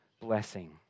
blessing